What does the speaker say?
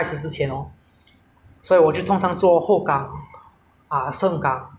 ah 盛港或 punggol 这样应为那些靠近我住的地方因为我住 hougang mah